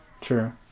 True